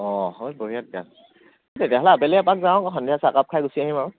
অঁ হয় বঢ়িয়া তেতিয়াহ'লে তেতিয়াহ'লে আবেলি এপাক যাওঁ সন্ধিয়া চাহ কাপ খাই গুচি আহিম আৰু